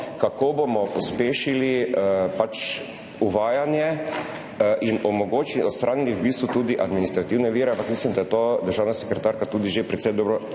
kako bomo pospešili uvajanje in odstranili v bistvu tudi administrativne ovire, ampak mislim, da je to državna sekretarka tudi že precej dobro